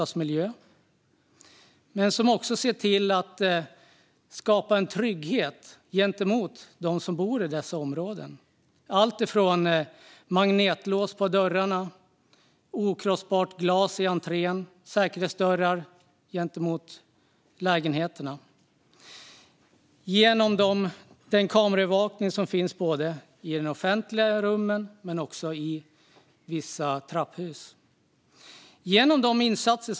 De ser också till att skapa trygghet för dem som bor i dessa områden genom att installera magnetlås på dörrarna, okrossbart glas i entréerna och säkerhetsdörrar till lägenheterna. Trygghet skapas också genom den kameraövervakning som finns i det offentliga rummet men också i vissa trapphus.